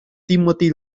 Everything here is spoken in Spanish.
timothy